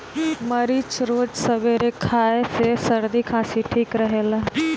मरीच रोज सबेरे खाए से सरदी खासी ठीक रहेला